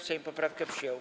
Sejm poprawkę przyjął.